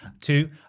Two